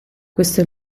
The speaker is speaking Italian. questo